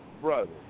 Brother